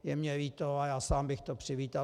Je mi líto a sám bych to přivítal.